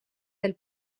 del